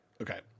okay